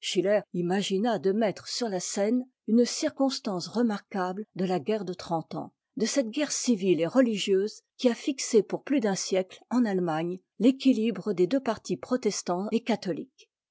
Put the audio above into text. imagina de mettre sur la scène une circonstance remarquable de la guerre de trente ans de cette guerre civile et religieuse qui a fixé pour plus d'un siècle en allemagne l'équilibre des deux partis protestant et catholique